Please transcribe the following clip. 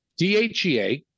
DHEA